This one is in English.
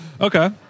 Okay